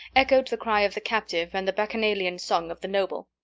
echoed the cry of the captive and the bacchanalian song of the noble.